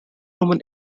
roman